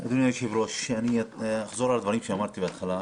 אדוני היושב-ראש, אחזור על דברים שאמרתי בהתחלה.